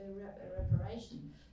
reparation